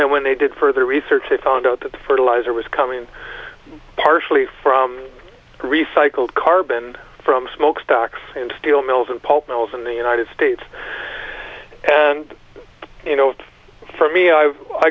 and when they did further research they found out that the fertilizer was coming partially from recycled carbon from smokestacks in steel mills and pulp mills in the united states and you know for me i